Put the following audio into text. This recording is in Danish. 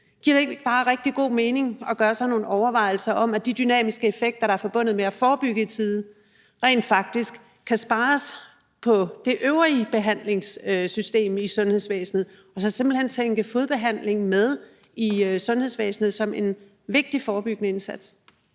det ikke bare rigtig god mening at gøre sig nogle overvejelser om, at de dynamiske effekter, der er forbundet med at forebygge i tide, rent faktisk kan spares på det øvrige behandlingssystem i sundhedsvæsenet, altså simpelt hen at tænke fodbehandling med i sundhedsvæsenet som en vigtig forebyggende indsats?